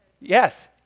Yes